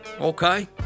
Okay